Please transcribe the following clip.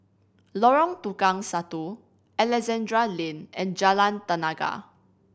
Lorong Tukang Satu Alexandra Lane and Jalan Tenaga